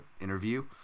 interview